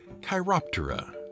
chiroptera